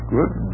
Good